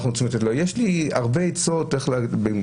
יש חשיבות מאוד גדולה שזה יהיה מאוד ברור,